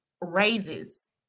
raises